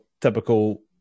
typical